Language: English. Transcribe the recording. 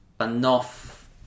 enough